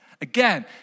Again